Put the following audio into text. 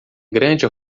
grande